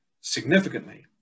Significantly